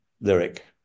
lyric